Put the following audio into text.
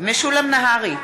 משולם נהרי,